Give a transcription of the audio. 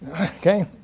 okay